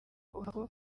uruhago